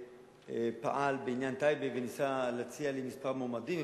שפעל בעניין טייבה וניסה להציע לי כמה מועמדים,